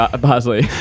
Bosley